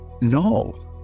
no